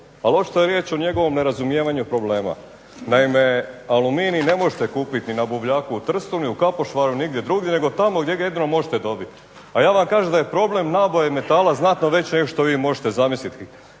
ali očito je riječ o njegovom nerazumijevanju problema. Naime, aluminij ne možete kupiti na buvljaku u Trstu ni i u Kapošvaru, nigdje drugdje nego tamo gdje ga jedino možete dobiti, a ja vam kažem da je problem nabave metala znatno veći nego što vi možete zamisliti.